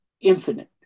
infinite